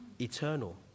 eternal